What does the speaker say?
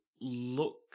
look